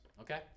Okay